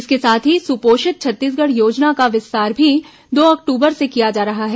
इसके साथ ही सुपोषित छत्तीसगढ़ योजना का विस्तार भी दो अक्टूबर से किया जा रहा है